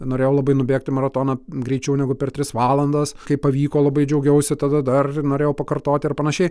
norėjau labai nubėgti maratoną greičiau negu per tris valandas kai pavyko labai džiaugiausi tada dar norėjau pakartoti ar panašiai